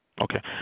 Okay